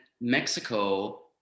Mexico